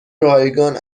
رایگان